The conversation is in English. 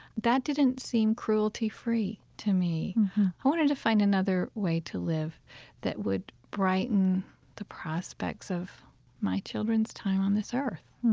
that didn't seem cruelty-free to me mm-hmm i wanted to find another way to live that would brighten the prospects of my children's time on this earth